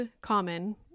common